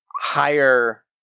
higher